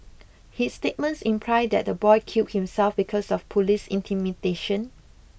his statements imply that the boy killed himself because of police intimidation